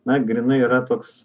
na grynai yra toks